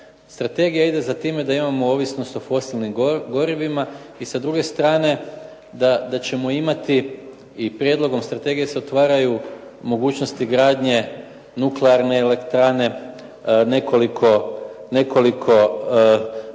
Strategija ide za time da imamo ovisnost o fosilnim gorivima i sa druge strane da ćemo imati i prijedlogom strategije se otvaraju mogućnosti gradnje nuklearne elektrane, nekoliko